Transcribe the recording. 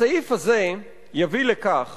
הסעיף הזה יביא לכך